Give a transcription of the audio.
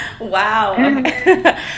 Wow